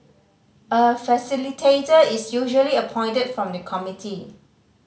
a facilitator is usually appointed from the committee